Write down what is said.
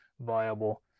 viable